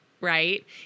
right